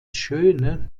schöne